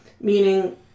Meaning